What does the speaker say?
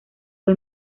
fue